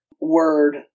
Word